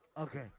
okay